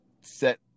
set